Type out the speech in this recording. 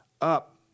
up